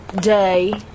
day